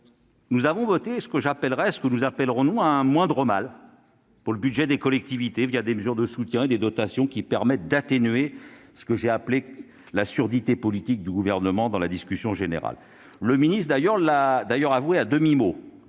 nous avons voté ce moindre mal, pour le budget des collectivités, que sont les mesures de soutien et les dotations qui permettent d'atténuer ce que j'ai qualifié de « surdité politique » du Gouvernement lors de la discussion générale. Le ministre l'a d'ailleurs avoué à demi-mot